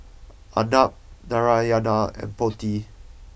Anab Narayana and Potti